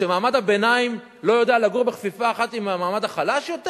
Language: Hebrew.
שמעמד הביניים לא יודע לגור בכפיפה אחת עם המעמד החלש יותר?